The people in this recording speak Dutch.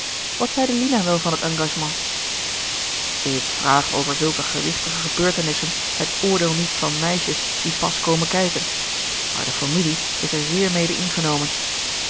wat zeide lina wel van het engagement ik vraag over zulke gewigtige gebeurtenissen het oordeel niet van meisjes die pas komen kijken maar de familie is er zeer mede ingenomen